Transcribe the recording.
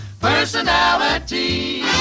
personality